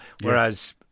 whereas